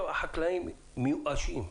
החקלאים מיואשים.